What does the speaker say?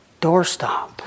doorstop